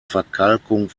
verkalkung